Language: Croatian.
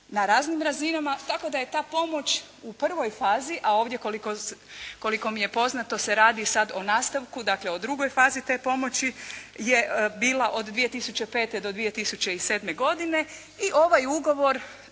na raznim razinama tako da je ta pomoć u prvoj fazi, a ovdje koliko mi je poznato se radi sad o nastavku. Dakle, o drugoj fazi te pomoći je bila od 2005. do 2007. godine i ovaj ugovor